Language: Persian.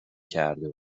کرده